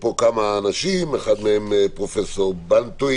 האמת היא שבאתי